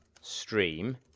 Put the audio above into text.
Stream